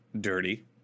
dirty